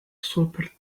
sobered